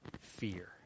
fear